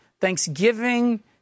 thanksgiving